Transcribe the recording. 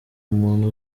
umuntu